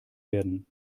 werden